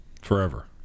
Forever